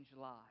lives